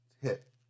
hit